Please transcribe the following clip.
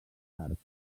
art